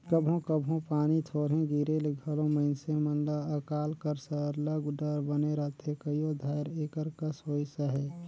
कभों कभों पानी थोरहें गिरे ले घलो मइनसे मन ल अकाल कर सरलग डर बने रहथे कइयो धाएर एकर कस होइस अहे